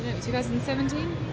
2017